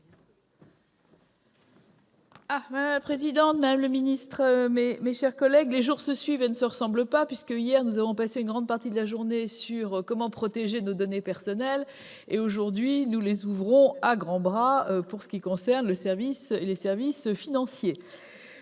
Madame la présidente, madame la secrétaire d'État, mes chers collègues, les jours se suivent et ne se ressemblent pas puisque, hier, nous avons passé une grande partie de la journée à débattre des moyens de protéger nos données personnelles alors qu'aujourd'hui nous les ouvrons à grands bras pour ce qui concerne les services financiers.